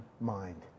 mind